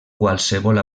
qualsevol